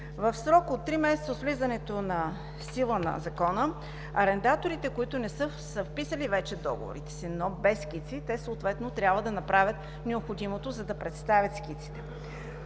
В срок от три месеца от влизането в сила на Закона арендаторите, които са вписали вече договорите си, но без скици, съответно трябва да направят необходимото, за да представят скиците.